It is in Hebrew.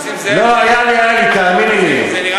היה לי, תאמיני לי.